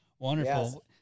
Wonderful